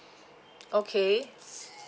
okay